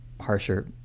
harsher